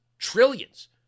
trillions